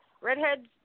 redheads